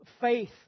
faith